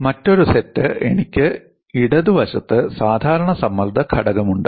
മറ്റൊരു സെറ്റ് എനിക്ക് ഇടതുവശത്ത് സാധാരണ സമ്മർദ്ദ ഘടകമുണ്ട്